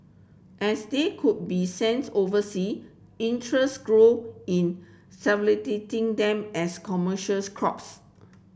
as they could be sent oversea interest grow in them as commercials crops